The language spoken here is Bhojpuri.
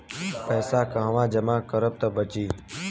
पैसा कहवा जमा करब त बची?